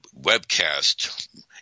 webcast